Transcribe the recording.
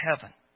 heaven